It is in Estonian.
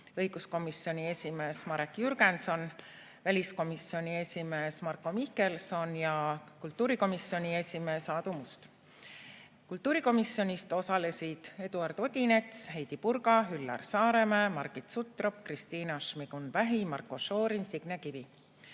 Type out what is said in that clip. õiguskomisjoni esimees Marek Jürgenson, väliskomisjoni esimees Marko Mihkelson ja kultuurikomisjoni esimees Aadu Must. Kultuurikomisjonist osalesid Eduard Odinets, Heidy Purga, Üllar Saaremäe, Margit Sutrop, Kristina Šmigun-Vähi, Marko Šorin, Signe Kivi,